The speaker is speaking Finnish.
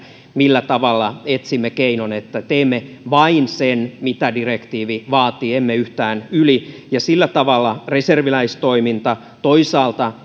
millä tavalla etsimme keinon siihen että teemme vain sen mitä direktiivi vaatii emme yhtään yli sillä tavalla reserviläistoiminta toisaalta